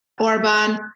Orban